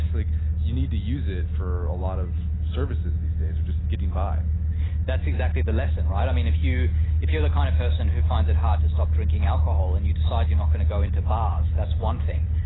like you need to use it for a lot of services these days or just getting by that's exactly the lesson, right? i mean if you're the kind of person who finds it hard to stop drinking alcohol and you decide you're not going to go into bars, that's one thing.